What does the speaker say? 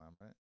right